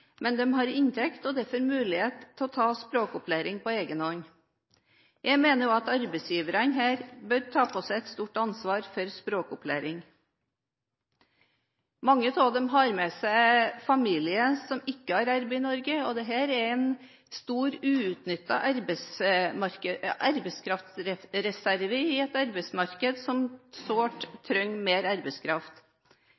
men de har inntekt og derfor mulighet til å ta språkopplæring på egen hånd. Jeg mener også at arbeidsgiverne her bør ta på seg et stort ansvar for språkopplæring. Mange av innvandrerne har med seg familie som ikke har arbeid i Norge, og dette er en stor, uutnyttet arbeidskraftreserve i et arbeidsmarked som sårt